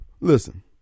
Listen